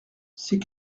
c’est